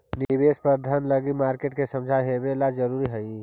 निवेश प्रबंधन लगी मार्केट के समझ होवेला जरूरी हइ